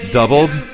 doubled